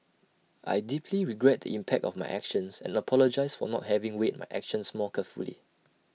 I deeply regret the impact of my actions and apologise for not having weighed my actions more carefully